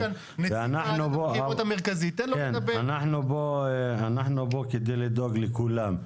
אנחנו פה כדי לדאוג לכולם,